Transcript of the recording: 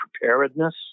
preparedness